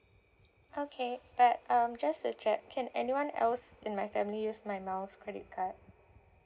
okay but um just to check can anyone else in my family use my miles credit card